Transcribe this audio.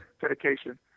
dedication